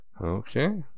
Okay